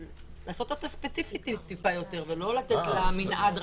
לעשות אותה ספציפית יותר ולא לתת לה מנעד רחב?